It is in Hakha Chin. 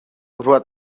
ruah